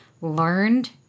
learned